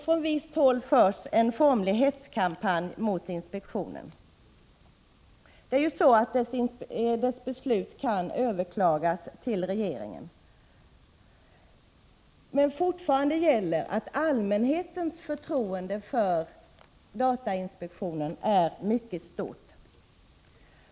Från visst håll förs en formlig hetskampanj mot inspektionen. Datainspektionens beslut kan överklagas till regeringen. Fortfarande gäller emellertid att allmänhetens förtroende för datainspektionen är mycket stort.